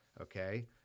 Okay